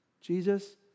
Jesus